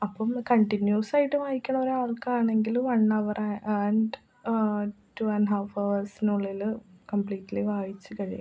അപ്പം കണ്ടിന്യുവസ്സായിട്ട് വായിക്കണൊരാൾക്കാണെങ്കിൽ വൺ അവർ അ ആൻഡ് ടു ആൻഡ് ഹാഫ് അവേർസിനുള്ളിൽ കമ്പ്ലീറ്റ്ലി വായിച്ചു കഴിയും